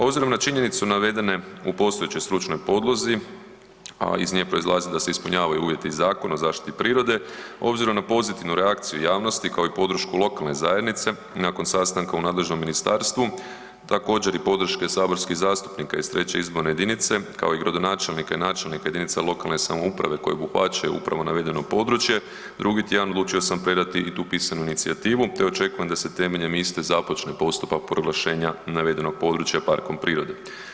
Obzirom na činjenice navedene u postojećoj stručnoj podlozi, a iz nje proizlazi da se ispunjavaju uvjeti iz Zakona o zaštiti prirode obzirom na pozitivnu reakciju javnosti, kao i podršku lokalne zajednice nakon sastanka u nadležnom ministarstvu, također i podrške saborskih zastupnika iz 3. izborne jedinice, kao i gradonačelnika i načelnika jedinica lokalne samouprave koje obuhvaćaju upravo navedeno područje, drugi tjedan odlučio sam predati i tu pisanu inicijativu te očekujem da se temeljem iste započne postupak proglašenja navedenog područja parkom prirode.